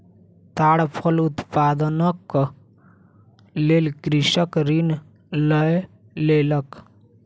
ताड़ फल उत्पादनक लेल कृषक ऋण लय लेलक